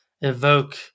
evoke